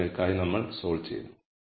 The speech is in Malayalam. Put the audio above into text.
51 എന്നിവയ്ക്കായി നമ്മൾ സോൾവ് ചെയ്യുന്നു